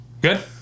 Good